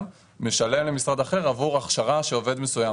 משלם למשרד אחר עבור הכשרה של עובד מסוים.